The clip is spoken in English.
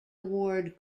award